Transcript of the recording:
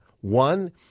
One